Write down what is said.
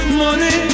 money